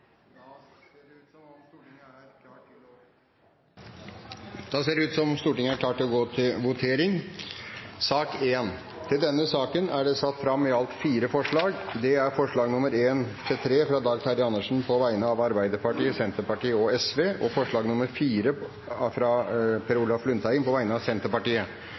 Da er Stortinget klar til å gå til votering. Under debatten er det satt fram i alt fire forslag. Det er forslagene nr. 1–3, fra Dag Terje Andersen på vegne av Arbeiderpartiet, Senterpartiet og Sosialistisk Venstreparti forslag nr. 4, fra Per Olaf Lundteigen på vegne av Senterpartiet